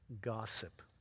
Gossip